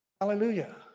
Hallelujah